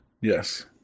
Yes